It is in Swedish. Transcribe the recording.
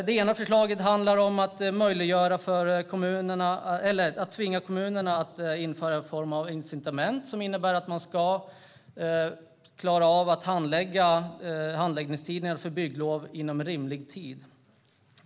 Det ena förslaget handlar om att tvinga kommunerna att införa en form av incitament som innebär att man ska klara av handläggningen av bygglov inom rimlig tid.